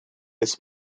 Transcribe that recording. les